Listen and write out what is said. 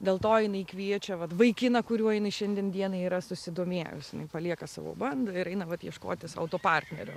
dėl to jinai kviečia vat vaikiną kuriuo jinai šiandien dienai yra susidomėjusi jinai palieka savo bandą ir eina vat ieškoti sau to patino